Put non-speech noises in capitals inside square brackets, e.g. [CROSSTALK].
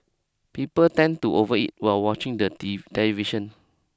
people tend to overeat while watching the [UNINTELLIGIBLE] television